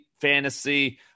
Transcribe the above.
Fantasy